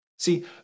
See